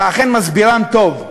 אתה אכן מסבירן טוב.